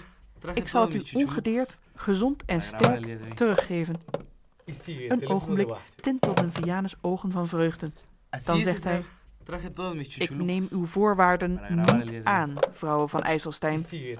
ik zal het u ongedeerd gezond en sterk teruggeven een oogenblik tintelden vianen's oogen van vreugde dan zegt hij ik neem uwe voorwaarden niet aan vrouwe van ijselstein